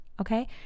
Okay